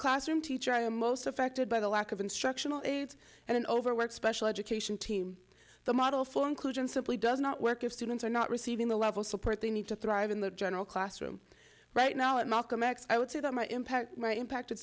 classroom teacher i am most affected by the lack of instructional aides and an overworked special education team the model for inclusion simply does not work if students are not receiving the level of support they need to thrive in the general classroom right now at malcolm x i would say that my impact right impacted